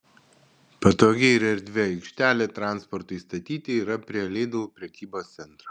patogi ir erdvi aikštelė transportui statyti yra prie lidl prekybos centro